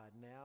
now